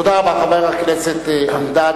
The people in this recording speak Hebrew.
תודה רבה, חבר הכנסת אלדד.